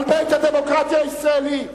על בית הדמוקרטיה הישראלית.